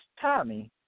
Tommy